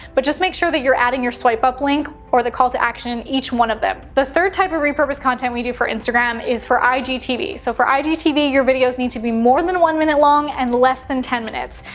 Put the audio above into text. but just make sure that you're adding your swipe up link or the call to action in each one of them. the third type of repurposed content we do for instagram is for igtv. so for igtv, your videos need to be more than one minute long, and less than ten minutes.